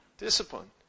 Discipline